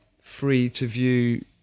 free-to-view